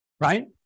Right